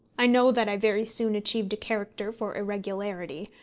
i know that i very soon achieved a character for irregularity,